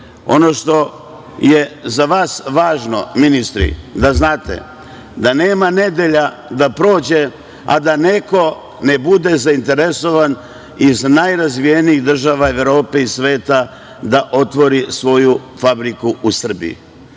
što je za vas važno ministri, da znate, da nema nedelja da prođe, a da neko ne bude zainteresovan iz najrazvijenijih država Evrope i sveta da otvori svoju fabriku u Srbiji.